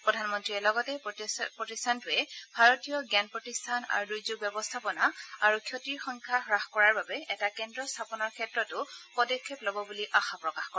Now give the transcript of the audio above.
প্ৰধানমন্ত্ৰীয়ে লগতে প্ৰতিষ্ঠানটোৱে ভাৰতীয় জ্ঞান প্ৰতিষ্ঠান আৰু দূৰ্যোগ ব্যৱস্থাপনা আৰু ক্ষতিশংকা হাস কৰাৰ বাবে এটা কেন্দ্ৰ স্থাপনৰ ক্ষেত্ৰতো পদক্ষেপ লব বুলি আশাপ্ৰকাশ কৰে